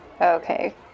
Okay